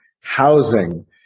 housing